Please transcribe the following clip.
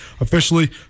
officially